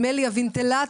המאוורר,